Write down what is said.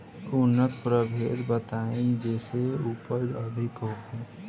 उन्नत प्रभेद बताई जेसे उपज अधिक होखे?